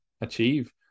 achieve